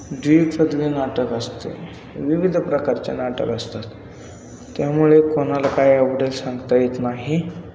डुएटमधले नाटक असते विविध प्रकारचे नाटक असतात त्यामुळे कोणाला काय आवडेल सांगता येत नाही